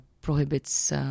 prohibits